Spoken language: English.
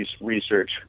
research